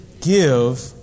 Give